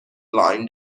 line